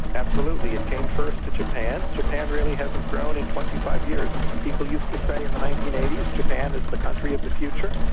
absolutely. it came first to japan. japan really hasn't grown in twenty five years. people used to say in the nineteen eighty s japan is the country of the future.